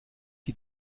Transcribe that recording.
die